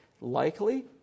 likely